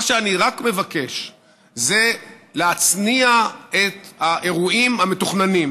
מה שאני רק מבקש זה להצניע את האירועים המתוכננים,